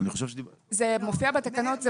זה מופיע בתקנות.